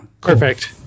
perfect